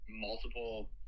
multiple